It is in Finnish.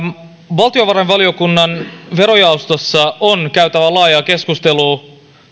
valtiovarainvaliokunnan verojaostossa on käytävä laaja keskustelu